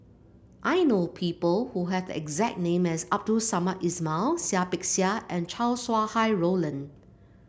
I know people who have the exact name as Abdul Samad Ismail Seah Peck Seah and Chow Sau Hai Roland